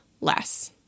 less